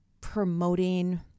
promoting